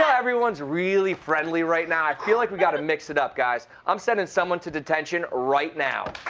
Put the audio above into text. yeah everyone is really friendly right now. i feel like we got to mix it up guys. i'll um sending someone to detention right now.